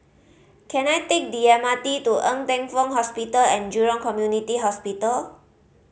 can I take the M R T to Ng Teng Fong Hospital And Jurong Community Hospital